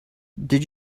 did